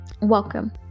welcome